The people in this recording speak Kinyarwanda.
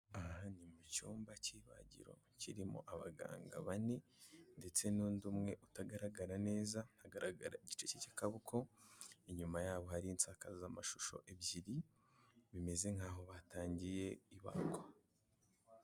Aha ni mu cyumba cy'ibagiro kirimo abaganga bane ndetse n'undi umwe utagaragara neza, hagaragara igice cye cy'akaboko, inyuma yabo hari insakazamashusho ebyiri bimeze nk'aho batangiye ibagwa.